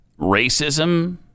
racism